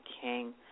King